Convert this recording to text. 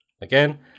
again